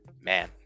man